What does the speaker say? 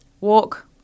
walk